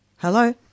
Hello